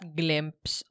glimpse